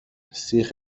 سیخ